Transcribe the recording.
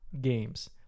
games